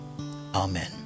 Amen